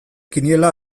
kiniela